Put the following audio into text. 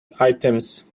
items